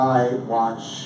iWatch